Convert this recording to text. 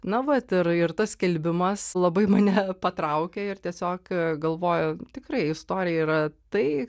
na vat ir ir tas skelbimas labai mane patraukė ir tiesiog galvojau tikra istorija yra tai